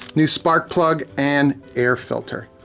new spark plug and air filter.